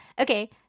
Okay